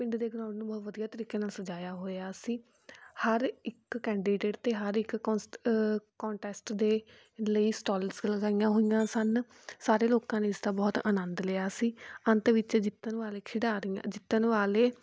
ਪਿੰਡ ਦੇ ਗਰਾਉਂਡ ਨੂੰ ਬਹੁਤ ਵਧੀਆ ਤਰੀਕੇ ਨਾਲ ਸਜਾਇਆ ਹੋਇਆ ਸੀ ਹਰ ਇੱਕ ਕੈਂਡੀਡੇਟ ਅਤੇ ਹਰ ਇੱਕ ਕੋਂਸ ਕੋਂਨਟੈਸਟ ਦੇ ਲਈ ਸਟੋਲਸ ਲਗਾਈਆਂ ਹੋਈਆਂ ਸਨ ਸਾਰੇ ਲੋਕਾਂ ਨੇ ਇਸਦਾ ਬਹੁਤ ਆਨੰਦ ਲਿਆ ਸੀ ਅੰਤ ਵਿੱਚ ਜਿੱਤਣ ਵਾਲੇ ਖਿਡਾਰੀਆਂ ਜਿੱਤਣ ਵਾਲੇ